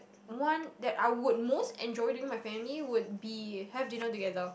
want that I would most enjoy doing with my family would be have dinner together